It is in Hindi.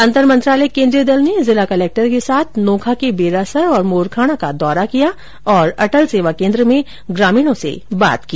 अंतर मंत्रालायिक केन्द्रीय दल ने जिला कलेक्टर के साथ नोखा के बेरासर और मोरखाणा का दौरा किया और अटल सेवा केन्द्र में ग्रामीणों से बात की